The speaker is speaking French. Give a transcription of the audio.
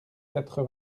quatre